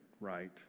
right